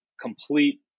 complete